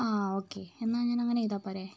ആ ഓക്കെ എന്നാൽ അങ്ങനെ ചെയ്താൽ പോരെ